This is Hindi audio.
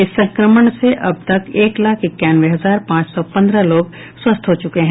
इस संक्रमण से अब तक एक लाख इक्यानवे हजार पांच सौ पंद्रह लोग स्वस्थ हो चुके हैं